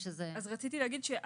חד-משמעית.